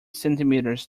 centimeters